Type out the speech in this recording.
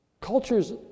Cultures